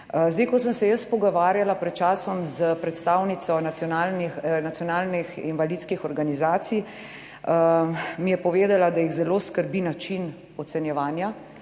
ko sem se jaz pogovarjala pred časom s predstavnico nacionalnih invalidskih organizacij, mi je povedala, da jih zelo skrbi način ocenjevanja